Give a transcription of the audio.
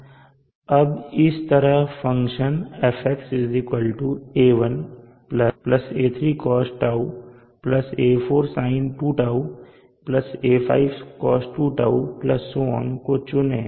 अबइस तरह function f A1 A2sinτ A3cosτ A4sin2τ A5cos2τ को चुनें